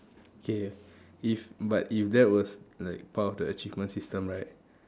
okay if but if that was like part of the achievement system right